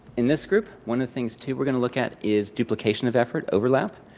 in this group, one of the things, too, we're going to look at is duplication of effort, overlap.